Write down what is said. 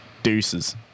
deuces